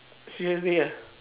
seriously ah